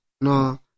no